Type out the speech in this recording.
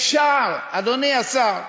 אפשר, אדוני השר,